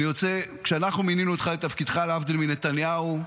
כשאנחנו מינינו אותך לתפקידך, להבדיל מנתניהו,